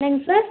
என்னங்க சார்